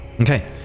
Okay